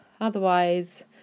Otherwise